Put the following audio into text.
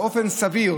באופן סביר,